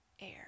air